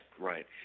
right